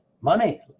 Money